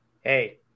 hey